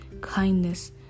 kindness